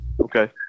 Okay